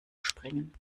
springen